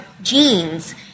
genes